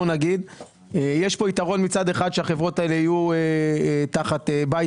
מצד אחד יש כאן יתרון שהחברות האלה יהיו תחת בית